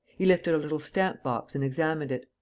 he lifted a little stamp-box and examined it.